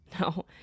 No